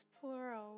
plural